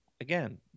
again